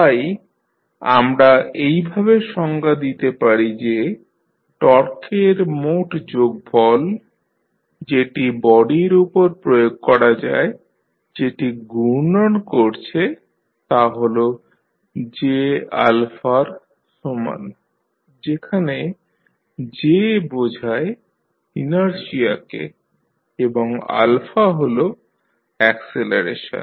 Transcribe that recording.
তাই আমরা এইভাবে সংজ্ঞা দিতে পারি যে টর্কের মোট যোগফল যেটি বডির উপর প্রয়োগ করা যায় যেটি ঘূর্ণন করছে তা হল Jα এর সমান যেখানে Jবোঝায় ইনারশিয়াকে এবং হল অ্যাকসিলারেশন